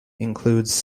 includes